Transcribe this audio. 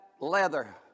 leather